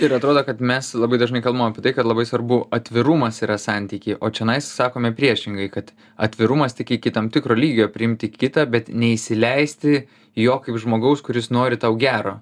ir atrodo kad mes labai dažnai kalbam apie tai kad labai svarbu atvirumas yra santyky o čionais sakome priešingai kad atvirumas tik iki tam tikro lygio priimti kitą bet neįsileisti jo kaip žmogaus kuris nori tau gero